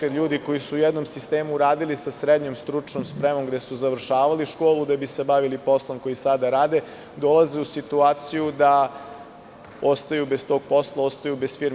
Naime, ljudi koji su u jednom sistemu radili sa srednjom stručnom spremom, gde su završavali školu da bi se bavili poslom koji sada rade, dolaze u situaciju da ostaju bez tog posla i ostaju bez firmi.